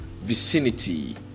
Vicinity